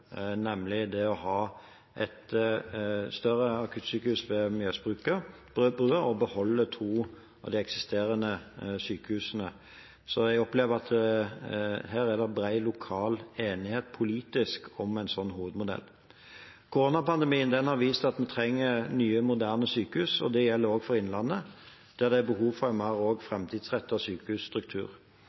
nemlig å ha et større akuttsykehus ved Mjøsbrua og beholde to av de eksisterende sykehusene. Jeg opplever at det lokalt er bred enighet politisk om en sånn hovedmodell. Koronapandemien har vist at vi trenger nye moderne sykehus. Det gjelder også for Innlandet, der det også er behov for en mer framtidsrettet sykehusstruktur.